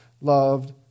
loved